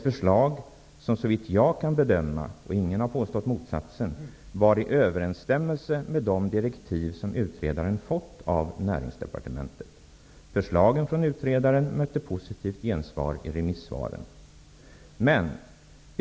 Förslaget överensstämde såvitt jag kan bedöma det -- ingen har påstått motsatsen -- med de direktiv som utredaren hade fått av Näringsdepartementet. Förslagen från utredaren mötte positivt gensvar i remissvaren.